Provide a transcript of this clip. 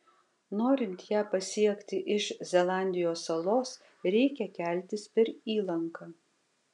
norint ją pasiekti iš zelandijos salos reikia keltis per įlanką